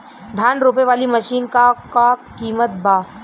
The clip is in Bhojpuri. धान रोपे वाली मशीन क का कीमत बा?